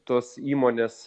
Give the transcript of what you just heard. tos įmonės